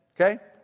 Okay